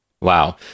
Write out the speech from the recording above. Wow